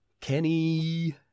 Kenny